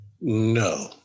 No